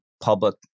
public